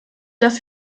das